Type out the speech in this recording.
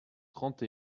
trente